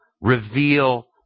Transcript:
reveal